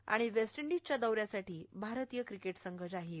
आणि वेस्टइंडिजच्या दौ यासाठी भारतीय क्रिकेट संघ जाहीर